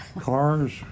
Cars